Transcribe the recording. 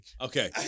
Okay